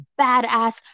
badass